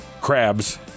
crabs